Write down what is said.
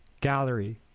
gallery